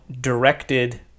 directed